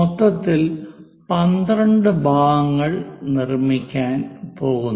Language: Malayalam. മൊത്തത്തിൽ നമ്മൾ 12 ഭാഗങ്ങൾ നിർമ്മിക്കാൻ പോകുന്നു